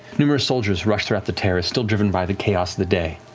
numerous soldiers rush throughout the terrace, still driven by the chaos of the day,